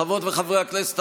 חברות וחברי הכנסת,